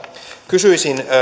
kysyisin